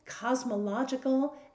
cosmological